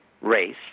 race